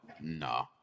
No